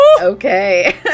Okay